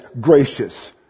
gracious